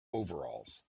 overalls